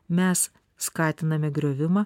mes skatiname griovimą